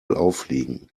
auffliegen